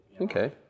Okay